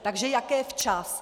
Takže jaké včas?